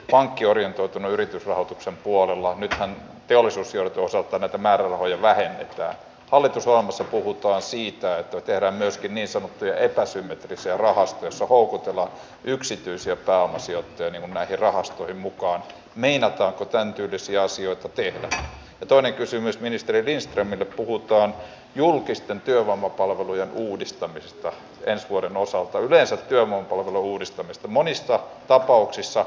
pankkiorientoitunyritysrahoituksen puolella nyt kantti olisi syönyt osaltani tämä runoja aivan totta että kuntien taloutta ei tehdä myöskin iso työ epäsymmetrisiä rahastoja houkuttelemme yksityisiä pääomasijoittajia näihin rahastoihin mukaan meillä tahkotaan tyylisia asioita tehdä jo toinen kysymys ministeri lindströmille puhutaan julkisten työvoimapalvelujen uudistamisesta leikata vaan leikkaukset kohdistetaan pienituloisille köyhille sairaille työttömille kansalaisille